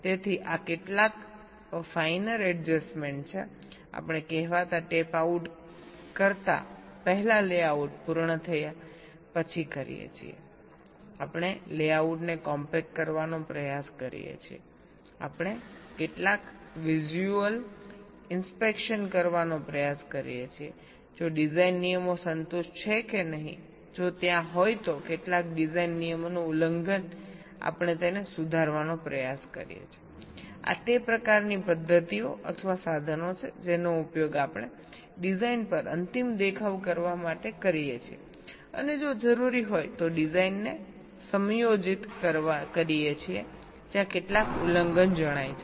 તેથી આ કેટલાક ફાઇનર એડજસ્ટમેન્ટ્સ છે આપણે કહેવાતા ટેપઆઉટ કરતા પહેલા લેઆઉટ પૂર્ણ થયા પછી કરીએ છીએ આપણે લેઆઉટને કોમ્પેક્ટ કરવાનો પ્રયાસ કરીએ છીએ આપણે કેટલાક વિઝ્યુઅલ ઇન્સ્પેક્શન કરવાનો પ્રયાસ કરીએ છીએ જો ડિઝાઇન નિયમો સંતુષ્ટ છે કે નહીં જો ત્યાં હોય તો કેટલાક ડિઝાઇન નિયમનું ઉલ્લંઘન આપણે તેને સુધારવાનો પ્રયાસ કરીએ છીએ આ તે પ્રકારની પદ્ધતિઓ અથવા સાધનો છે જેનો ઉપયોગ આપણે ડિઝાઇન પર અંતિમ દેખાવ કરવા માટે કરીએ છીએ અને જો જરૂરી હોય તો ડિઝાઇનને સમાયોજિત કરીએ છીએ જ્યાં કેટલાક ઉલ્લંઘન જણાય છે